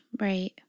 Right